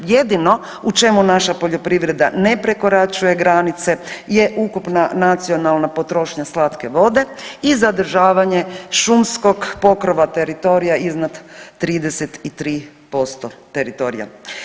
Jedino u čemu naša poljoprivreda ne prekoračuje granice je ukupna nacionalna potrošnja slatke vode i zadržavanje šumskog pokrova teritorija iznad 33% teritorija.